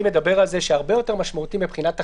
מדבר על זה שהרבה יותר משמעותי מבחינת אכיפה,